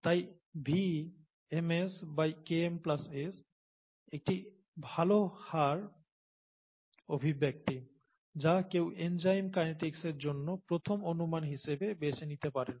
তাই VmSKm S একটি ভাল হার অভিব্যক্তি যা কেউ এনজাইম কাইনেটিক্সের জন্য প্রথম অনুমান হিসেবে বেছে নিতে পারেন